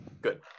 good